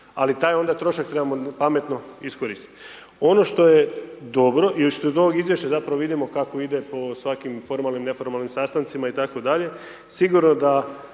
ali taj onda trošak trebamo pametno iskoristiti. Ono što je dobro i što iz ovog izvješća zapravo vidimo kako ide po svakim formalnim, neformalnim sastancima itd., sigurno naše